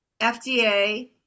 FDA